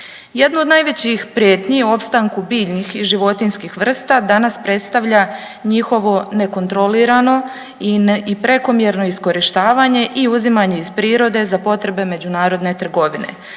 Jedno od najvećih prijetnji u opstanku biljnih i životinjskih vrsta danas predstavlja njihovo nekontrolirano i prekomjerno iskorištavanje i uzimanje iz prirode za potrebe međunarodne trgovine